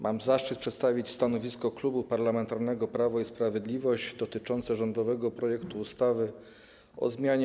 Mam zaszczyt przedstawić stanowisko Klubu Parlamentarnego Prawo i Sprawiedliwość dotyczące rządowego projektu ustawy o zmianie